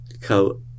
coat